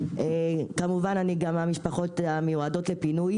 כמובן, אני גם מהמשפחות המיועדות לפינוי